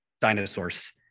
dinosaurs